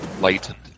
latent